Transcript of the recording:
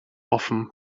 often